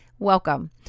welcome